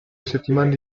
settimane